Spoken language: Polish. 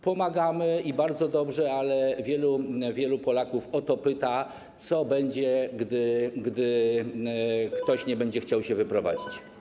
Pomagamy - i bardzo dobrze - ale wielu Polaków o to pyta, co będzie, gdy ktoś nie będzie chciał się wyprowadzić.